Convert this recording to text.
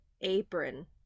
apron